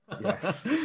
Yes